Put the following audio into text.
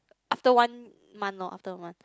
after one month loh after one